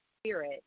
spirit